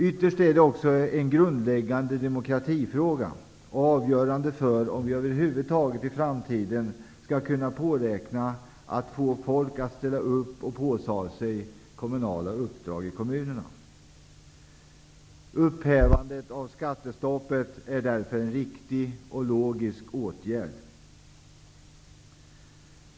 Ytterst är det även en grundläggande demokratifråga och avgörande för om vi i framtiden över huvud taget skall kunna få någon att ställa upp och åta sig politiska uppdrag i kommunerna. Upphävandet av skattestoppet är därför en riktig och logisk åtgärd.